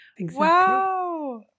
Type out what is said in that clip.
Wow